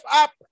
up